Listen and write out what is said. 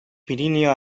pirinio